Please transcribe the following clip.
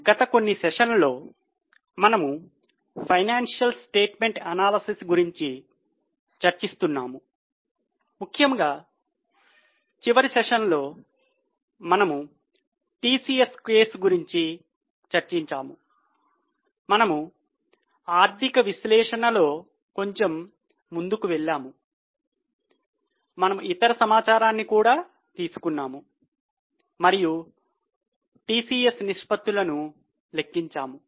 గత కొన్ని సెషన్లలో మనము ఫైనాన్షియల్ స్టేట్మెంట్ అనాలిసిస్ గురించి చర్చిస్తున్నాము ముఖ్యంగా చివరి సెషన్లో మనము టిసిఎస్ కేసు గురించి చర్చించాము మనము ఆర్ధిక విశ్లేషణలో కొంచెం ముందుకు వెళ్ళాము మనము ఇతర సమాచారాన్ని కూడా తీసుకున్నాము మరియు టిసిఎస్ నిష్పత్తులను లెక్కించాము